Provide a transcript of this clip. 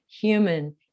human